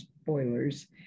spoilers